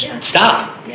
stop